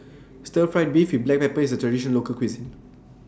Stir Fried Beef with Black Pepper IS A Traditional Local Cuisine